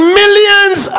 millions